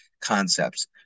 concepts